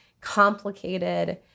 complicated